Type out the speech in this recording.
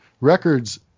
records